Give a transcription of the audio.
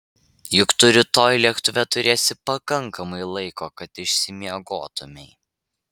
juk tu rytoj lėktuve turėsi pakankamai laiko kad išsimiegotumei